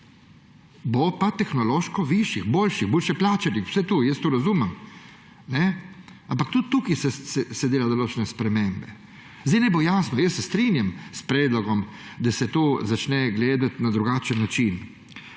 bo pa tehnološko višjih, boljših, bolje plačanih, vse to. Jaz to razumem. Ampak tudi tu se delajo določene spremembe. Naj bo jasno, strinjam se s predlogom, da se tu začne gledati na drugačen način.